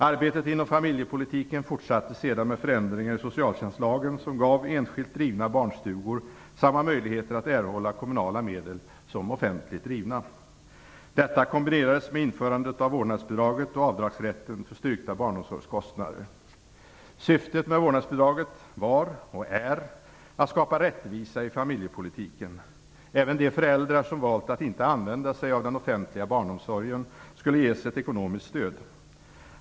Arbetet inom familjepolitiken fortsatte sedan med förändringar i socialtjänstlagen som gav enskilt drivna barnstugor samma möjligheter att erhålla kommunala medel som offentligt drivna. Detta kombinerades med införandet av vårdnadsbidraget och avdragsrätten för styrkta barnomsorgskostnader. Syftet med vårdnadsbidraget var och är att skapa rättvisa i familjepolitiken. Även de föräldrar som valt att inte använda sig av den offentliga barnomsorgen skulle ges ett ekonomiskt stöd.